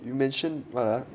you mention what ah